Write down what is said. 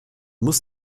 muss